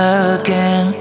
again